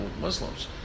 Muslims